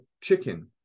chicken